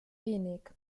wenig